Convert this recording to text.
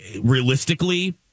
realistically